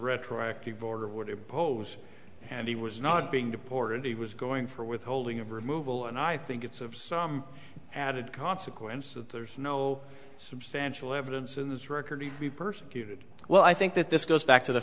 retroactive order would impose and he was not being deported he was going for withholding of removal and i think it's an added consequence that there's no substantial evidence in this record to be persecuted well i think that this goes back to the